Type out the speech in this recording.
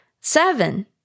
seven